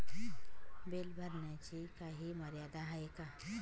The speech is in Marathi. बिल भरण्याची काही मर्यादा आहे का?